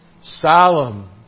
Solemn